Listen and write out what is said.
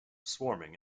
swarming